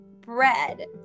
bread